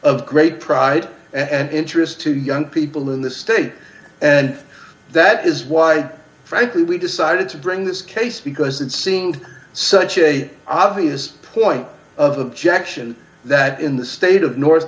of great pride and interest to young people in this state and that is why frankly we decided to bring this case because it seemed such a obvious point of objection that in the state of north